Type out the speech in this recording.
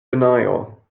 denial